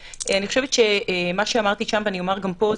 ומה שאמרתי שם אני אומר גם פה.